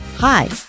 Hi